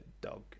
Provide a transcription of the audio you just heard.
dog